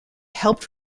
helped